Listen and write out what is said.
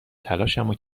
تلاشمو